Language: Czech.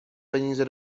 peníze